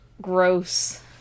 gross